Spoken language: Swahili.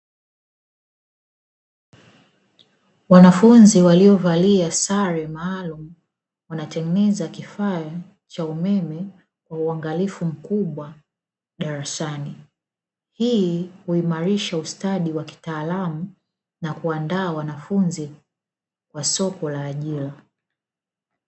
Wanafunzi waliovalia sare maalumu wanatengeneza kifaa cha umeme kwa uangalifu mkubwa darasani. Hii huimarisha ustadi wa kitaalamu na kuandaa wanafunzi kwa soko la ajira.